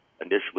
initially